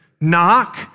Knock